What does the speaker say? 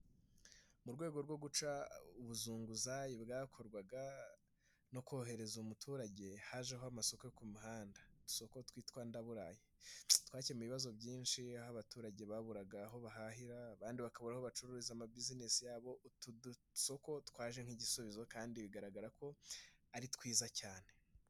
Mu rwego rwo guca ubuzunguzayi bwakorwaga no kohereza umuturage. Hajeho amasoko ku muhanda udusoko twitwa ndaburaye. Twakemuye ibibazo byinshi aho abaturage baburaga aho bahahira abandi bakaba aho bacururiza ama bizinesi yabo. Utu dusoko twaje nk'igisubizo kandi bigaragara ko ari twiza cyane.